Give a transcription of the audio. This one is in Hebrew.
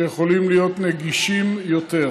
שיכולים להיות נגישים יותר.